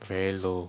very low